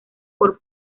por